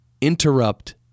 interrupt